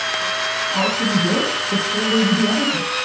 how should we do it? the same way we do everything.